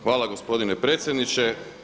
Hvala gospodine predsjedniče.